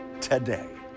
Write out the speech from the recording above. today